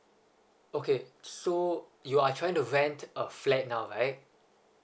okay so you are trying to rent a flat now right